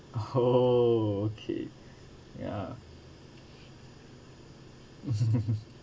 oh okay ya